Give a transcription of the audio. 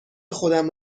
خودم